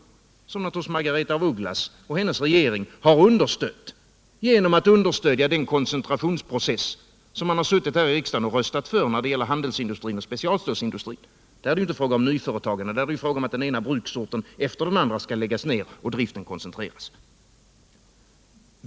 Denna utveckling har Margaretha af Ugglas och hennes regering understött genom att här i riksdagen rösta för koncentrationsprocessen när det gäller handelsstålsindustrin och specialstålsindustrin. Där är det ju inte fråga om nyföretagande, där är det fråga om att den ena bruksorten efter den andra skall läggas ned och driften koncentreras.